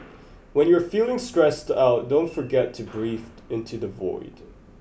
when you are feeling stressed out don't forget to breathe into the void